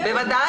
בוודאי.